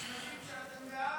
--- שאתם בעד?